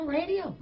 radio